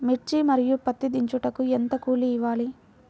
మిర్చి మరియు పత్తి దించుటకు ఎంత కూలి ఇవ్వాలి?